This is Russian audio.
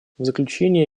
заключение